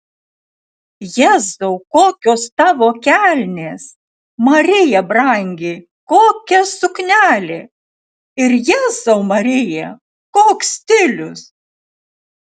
jėzau kokios tavo kelnės marija brangi kokia suknelė ir jėzau marija koks stilius